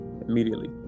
immediately